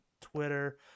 twitter